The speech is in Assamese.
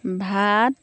ভাত